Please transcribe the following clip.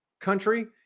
country